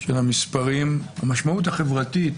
של המספרים המשמעות החברתית?